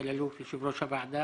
אדוני היושב-ראש, אני,